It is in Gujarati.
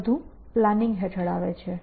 આ બધું પ્લાનિંગ હેઠળ આવે છે